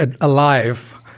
alive